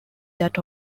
that